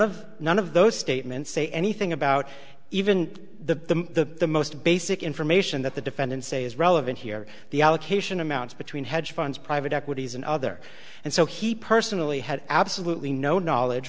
of none of those statements say anything about even the most basic information that the defendant say is relevant here the allocation amounts between hedge funds private equities and other and so he personally had absolutely no knowledge